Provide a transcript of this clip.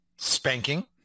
spanking